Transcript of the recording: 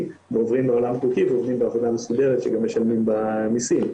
ועוברים לעולם החוקי ועובדים בעבודה מסודרת שגם משלמים בה מיסים.